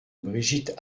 brigitte